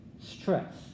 stress